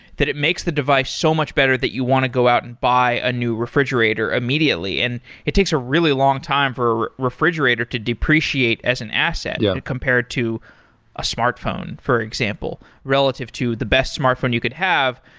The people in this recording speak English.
that it makes the device so much better that you want to go out and buy a new refrigerator immediately. and it takes a really long time for a refrigerator to depreciate as an asset yeah compared to a smartphone, for example. relative to the best smartphone you could have,